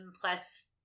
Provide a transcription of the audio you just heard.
plus